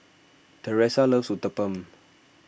Thresa loves Uthapam